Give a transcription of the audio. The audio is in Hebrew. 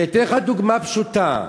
ואתן לך דוגמה פשוטה.